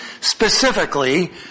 specifically